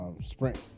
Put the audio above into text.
sprint